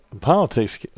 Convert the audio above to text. politics